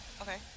Okay